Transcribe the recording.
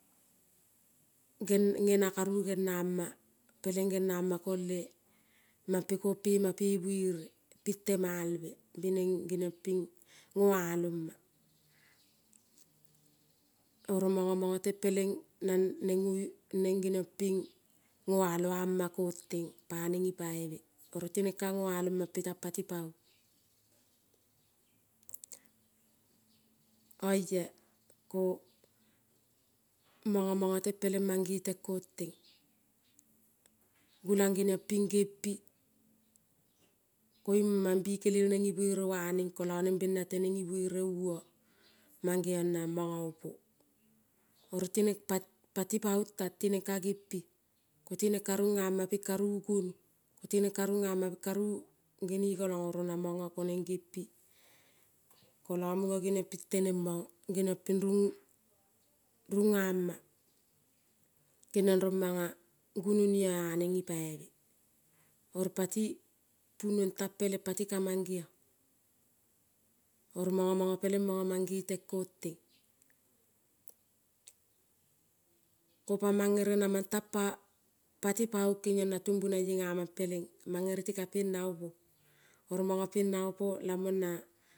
Gen nena karu geniama pelen geniama kon le ma pe kon pema pe buere, ping temalbe binen genion pin noaloma. Oro mono mono ten pelen nengenion pin noalo ama kon ten panen nipaibe oro tinen ka noalo mape tang paon, mono mono pelen mange ten kon ten. Gulan genion pin gempi koin man bikelel nen ni buere wanen nen bena tenen ipo ibuere uo, mangeon namana opo, oro tinen pati paon tan konen ka gempi patinen karunama pin karu guono tinen karunama pin karu genekolon, oro namono gempi kolo muno geniomp tenen mono geniompi runama genion romana gunoni,-o- anen nipaibe oro pati punuon tan kopat ka mangene oro mono ko mangeten kon ten, ko pa man bere naman tan paon mange na pa tumbunaie pelen mambeti ka pena opo. Oro mono pena opo lamon na.